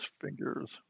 fingers